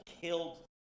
killed